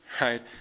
Right